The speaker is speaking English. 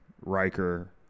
Riker